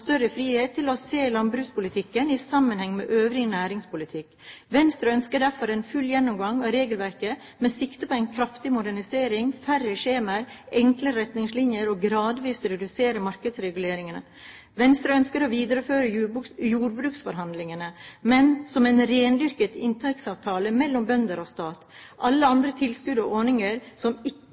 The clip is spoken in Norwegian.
større frihet til å se landbrukspolitikken i sammenheng med øvrig næringspolitikk. Venstre ønsker derfor en full gjennomgang av regelverket, med sikte på en kraftig modernisering, færre skjemaer, enklere retningslinjer og gradvis reduserte markedsreguleringer. Venstre ønsker å videreføre jordbruksforhandlingene, men som en rendyrket inntektsavtale mellom bønder og stat. Alle andre tilskudd og ordninger som